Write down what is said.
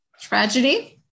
tragedy